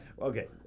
okay